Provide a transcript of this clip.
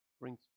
brings